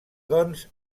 doncs